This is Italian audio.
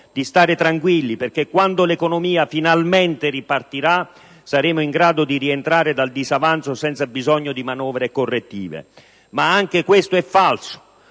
può stare tranquilli, perché quando l'economia finalmente ripartirà, saremo in grado di rientrare dal disavanzo senza bisogno di manovre correttive, ma anche questo è falso.